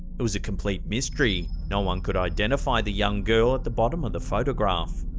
it was a complete mystery. no one could identify the young girl at the bottom of the photograph.